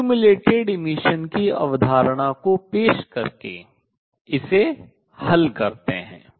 उद्दीपित उत्सर्जन की अवधारणा को पेश करके इसे हल करते हैं